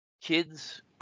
kids